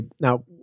now